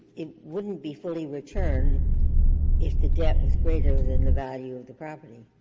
it wouldn't be fully returned if the debt was greater than the value of the property.